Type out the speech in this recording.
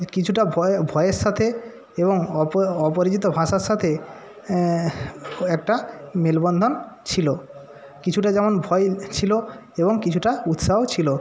কিছুটা ভয় ভয়ের সাথে এবং অপো অপরিচিত ভাষার সাথে একটা মেলবন্ধন ছিলো কিছুটা যেমন ভয় ছিলো এবং কিছুটা উৎসাহ ছিলো